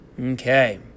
Okay